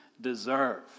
deserve